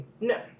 no